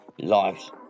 lives